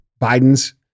Biden's